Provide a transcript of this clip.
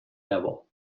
devil